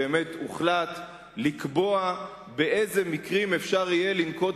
הוחלט לקבוע באילו מקרים אפשר יהיה לנקוט